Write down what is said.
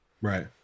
Right